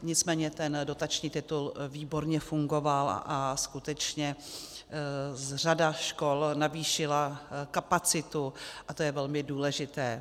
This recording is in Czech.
Nicméně ten dotační titul výborně fungoval a skutečně řada škol navýšila kapacitu a to je velmi důležité.